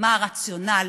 מה הרציונל